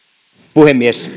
puhemies